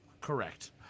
Correct